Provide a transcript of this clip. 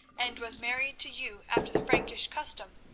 and was married to you after the frankish custom,